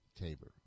Tabor